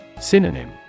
Synonym